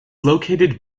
located